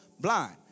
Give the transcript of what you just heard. blind